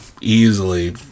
Easily